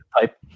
type